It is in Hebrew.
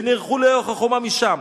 ונערכו לאורך החומה משם".